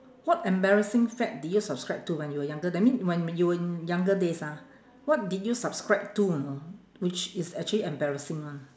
what embarrassing fad did you subscribe to when you were younger that mean when you were in younger days ah what did you subscribe to you know which is actually embarrassing [one]